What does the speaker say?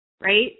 right